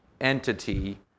entity